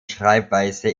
schreibweise